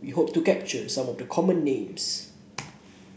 we hope to capture some of the common names